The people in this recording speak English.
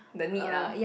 the need ah